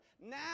Now